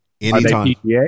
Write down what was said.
anytime